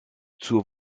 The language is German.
zur